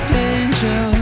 danger